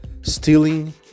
stealing